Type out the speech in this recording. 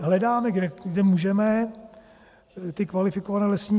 Hledáme, kde můžeme, ty kvalifikované lesníky.